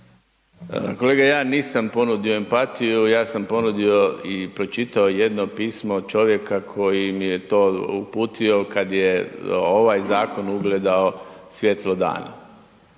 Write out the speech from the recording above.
Kolega, ja nisam ponudio empatiju, ja sam ponudio i pročitao jedno pismo čovjeka koji mi je to uputio kad je ovaj zakon ugledao svjetlo dana.